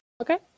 Okay